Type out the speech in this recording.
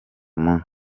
munsi